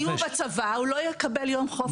אם הוא בצבא הוא לא יקבל יום חופש.